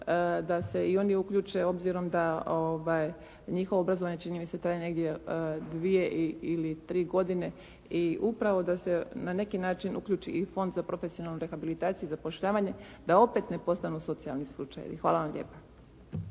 da se i oni uključe obzirom da njihovo obrazovanje čini mi se traje negdje dvije ili tri godine i upravo da se na neki način uključi i Fond za profesionalnu rehabilitaciju i zapošljavanje da opet ne postanu socijalni slučajevi. Hvala vam lijepa.